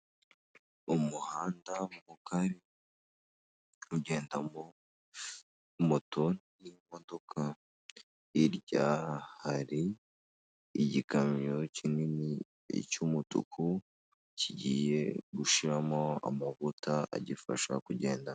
Umuhanda mugari uri kugendamo moto n'imodoka, hirya hari igikamyo kinini cy'umutuku, kigiye gushiramo amavuta agifasha kugenda.